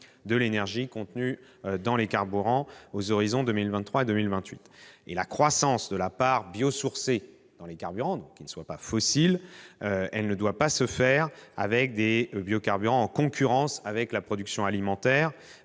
de l'énergie contenue dans les carburants aux horizons 2023 et 2028. La croissance de la part biosourcée dans les carburants qui ne soient pas fossiles doit se faire non pas avec des biocarburants en concurrence avec la production alimentaire,